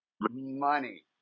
Money